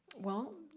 well,